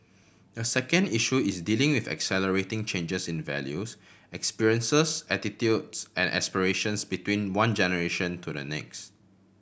the second issue is dealing with accelerating changes in values experiences attitudes and aspirations between one generation to the next